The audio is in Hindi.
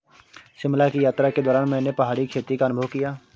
शिमला की यात्रा के दौरान मैंने पहाड़ी खेती का अनुभव किया